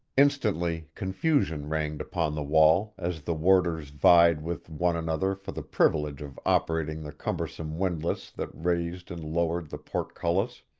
instantly, confusion reigned upon the wall as the warders vied with one another for the privilege of operating the cumbersome windlass that raised and lowered the portcullis,